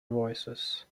voices